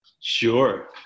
Sure